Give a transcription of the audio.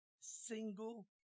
single